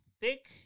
thick